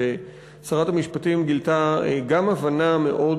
ששרת המשפטים גילתה גם הבנה מאוד